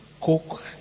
coke